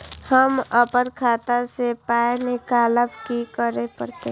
हम आपन खाता स पाय निकालब की करे परतै?